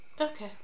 Okay